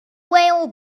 whale